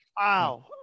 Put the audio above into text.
Wow